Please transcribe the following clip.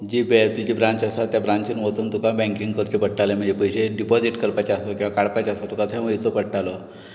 जी ब्रांचीची ब्रांच आसा त्या ब्रांचीन वचून तुका बँकींग करचें पडटालें म्हणजे पयशें डिपाजिट करपाचे आसत किंवा काडपाचे आसत तुका थंय वयचो पडटालो